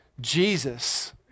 Jesus